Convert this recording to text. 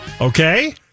Okay